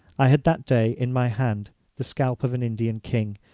i had that day in my hand the scalp of an indian king,